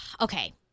okay